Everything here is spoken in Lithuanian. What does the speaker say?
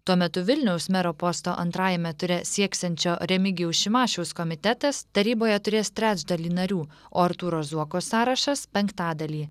tuo metu vilniaus mero posto antrajame ture sieksiančio remigijaus šimašiaus komitetas taryboje turės trečdalį narių o artūro zuoko sąrašas penktadalį